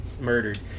murdered